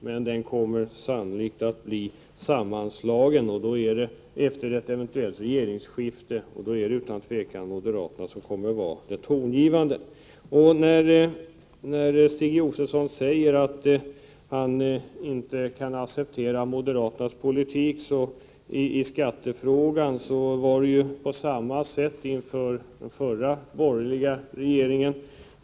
Men det kommer sannolikt att bli en sammanslagning efter ett eventuellt regeringsskifte, och då är det utan tvivel moderaterna som kommer att vara det tongivande partiet. Stig Josefson säger att han inte kan acceptera moderaternas politik i skattefrågan. Men det förhöll sig på samma sätt inför den förra borgerliga regeringen.